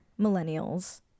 millennials